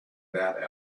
that